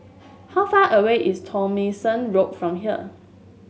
how far away is Tomlinson Road from here